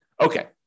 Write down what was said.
Okay